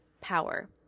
power